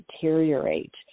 deteriorate